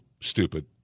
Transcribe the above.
stupid